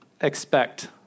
expect